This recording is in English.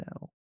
no